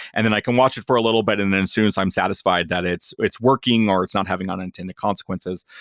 and then i can watch it for a little bit. and then as soon as i'm satisfied that it's it's working or it's not having unintended consequences,